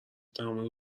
تمام